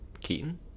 Keaton